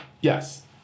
yes